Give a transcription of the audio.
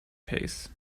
pace